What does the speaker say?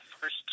first